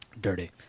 Dirty